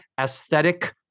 aesthetic